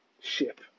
ship